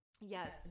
yes